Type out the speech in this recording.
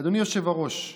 אדוני היושב-ראש,